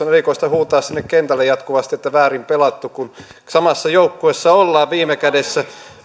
on erikoista huutaa sinne kentälle jatkuvasti että väärin pelattu kun samassa joukkueessa ollaan viime kädessä